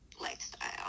lifestyle